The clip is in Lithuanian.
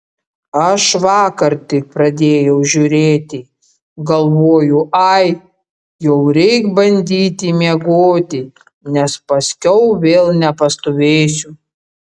aš vakar tik pradėjau žiūrėti galvoju ai jau reik bandyti miegoti nes paskiau vėl nepastovėsiu